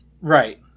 Right